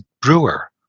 Brewer